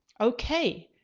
okay,